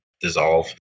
dissolve